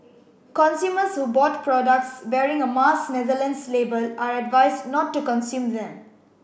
consumers who bought products bearing a Mars Netherlands label are advised not to consume them